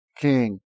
king